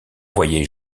voyait